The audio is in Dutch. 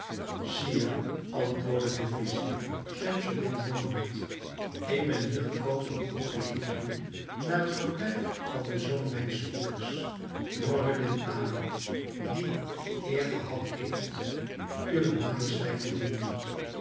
sire antwoordde de vizier schemseddin mohammed ik ben hier gekomen om onderzoek te doen naar het verblijf van den zoon mijns broeders noureddin ali die de eer gehad heeft uwe majesteit te dienen